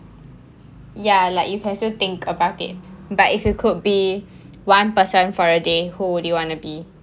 ya like you can still think about it but if you could be one person for a day who do you wanna be